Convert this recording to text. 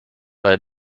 bei